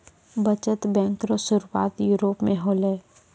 बचत बैंक रो सुरुआत यूरोप मे होलै